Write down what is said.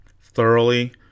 thoroughly